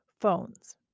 phones